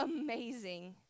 amazing